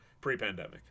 pre-pandemic